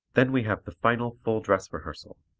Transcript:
then we have the final full dress rehearsal,